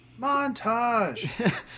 Montage